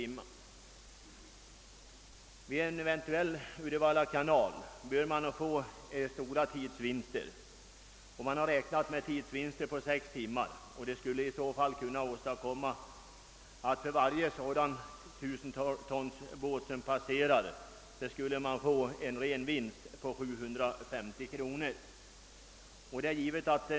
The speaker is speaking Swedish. Med en eventuell Uddevallakanal bör det kunna bli stora tidsvinster, enligt beräkningar upp till sex timmar, och detta skulle medföra att för varje 1 000-tonsbåt som passerar, får man en ren vinst på 750 kronor.